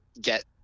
get